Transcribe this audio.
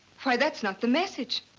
why that's not the message.